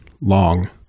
long